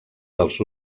dels